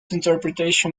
interpretation